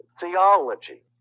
theology